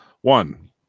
One